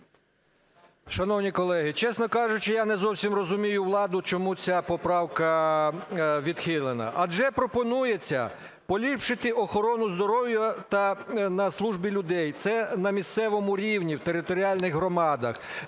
Шановні колеги, чесно кажучи, я не зовсім розумію владу, чому ця поправка відхилена, адже пропонується поліпшити охорону здоров'я на службі людей, це на місцевому рівні в територіальних громадах,